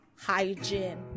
hygiene